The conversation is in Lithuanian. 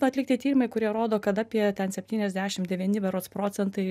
atlikti tyrimai kurie rodo kad apie septyniasdešim devyni procentai berods procentai